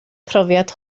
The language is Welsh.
profiad